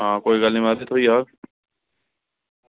आं कोई गल्ल निं म्हाराज थ्होई जाह्ग